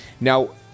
Now